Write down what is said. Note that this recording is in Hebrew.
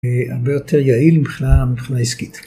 הרבה יותר יעיל מבחינה עסקית